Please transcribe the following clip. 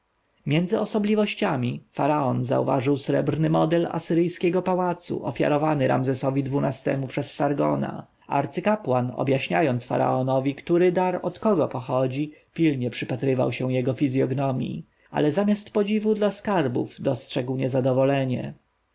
między osobliwościami faraon zauważył srebrny model asyryjskiego pałacu ofiarowany ramzesowi xii-temu przez sargona arcykapłan objaśniając faraonowi który dar od kogo pochodzi pilnie przypatrywał się jego fizjognomji ale zamiast podziwu dla skarbów dostrzegł niezadowolenie